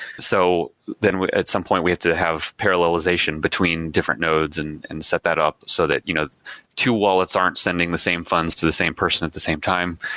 so then at some point we had to have parallelization between different nodes and and set that up so that you know two wallets aren't sending the same funds to the same person at the same time.